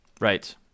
Right